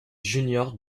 juniors